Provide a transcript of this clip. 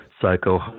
psycho